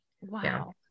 Wow